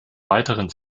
weiteren